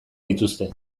dituzte